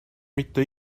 mitte